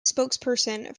spokesperson